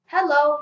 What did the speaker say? Hello